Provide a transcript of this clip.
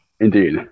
indeed